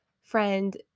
Friend